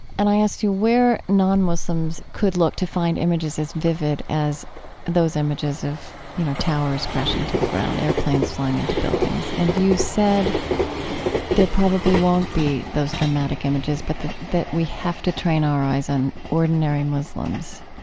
and i asked you where non-muslims could look to find images as vivid as those images of, you know, towers crashing to the ground, airplanes flying into buildings. and you said there probably won't be those dramatic images, but that we have to train our eyes on ordinary muslims.